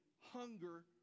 hunger